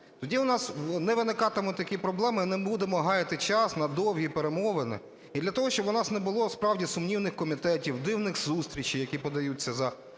Тоді у нас не виникатимуть такі проблеми і не будемо гаяти час на довгі перемовини, і для того, щоб у нас не було, справді, сумнівних комітетів, дивних зустрічей, які подаються за